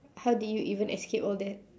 how do you even escape all that